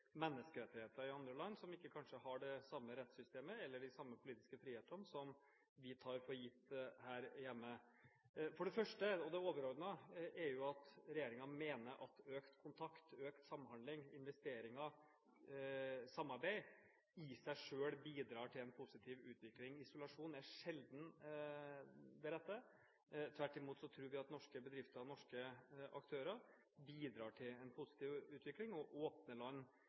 samme politiske frihetene som vi tar for gitt her hjemme. For det første – og det overordnede – mener regjeringen at økt kontakt, økt samhandel, investeringer og samarbeid i seg selv bidrar til en positiv utvikling. Isolasjon er sjelden det rette. Tvert imot tror vi at norske bedrifter og norske aktører bidrar til en positiv utvikling, og åpne land